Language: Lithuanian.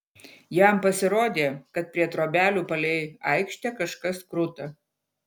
jam pasirodė kad prie trobelių palei aikštę kažkas kruta